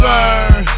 Burn